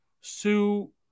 Sue